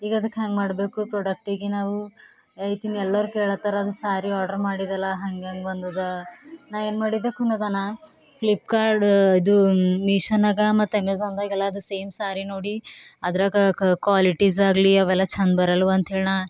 ಈಗ ಅದಕ್ಕೆ ಹೆಂಗ್ ಮಾಡಬೇಕು ಪ್ರೊಡಕ್ಟಿಗೆ ನಾವು ಐತಿನ್ನು ಎಲ್ಲರು ಕೇಳತ್ತರಾ ಒಂದು ಸ್ಯಾರಿ ಆರ್ಡ್ರ್ ಮಾಡಿದ್ಯಲ್ಲಾ ಹಂಗೆ ಹೆಂಗೆ ಬಂದದ ನಾ ಏನ್ಮಾಡಿದೆ ಖುನ ಅದನ ಫ್ಲಿಪ್ಕಾರ್ಡ್ ಇದು ಮೀಶೋನಾಗ ಮತ್ತು ಅಮೆಝಾನ್ದಾಗೆಲ್ಲ ಅದು ಸೇಮ್ ಸ್ಯಾರಿ ನೋಡಿ ಅದ್ರಗ ಕ ಕ್ವಾಲಿಟೀಸ್ ಆಗಲಿ ಅವೆಲ್ಲ ಚಂದ ಬರಲ್ವಂತ್ಹೇಳಿ ನಾ